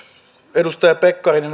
edustaja pekkarinen